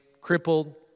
crippled